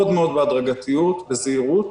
מאוד מאוד בהדרגתיות ובזהירות,